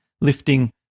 lifting